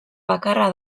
bakarra